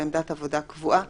בעמדת עבודה קבועה